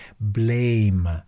blame